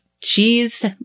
cheese